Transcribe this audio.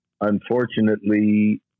unfortunately